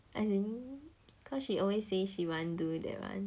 as in cause she always say she want do that one